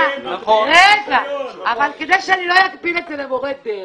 --- כדי שאני לא אגביל את זה למורי דרך,